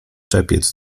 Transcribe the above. czepiec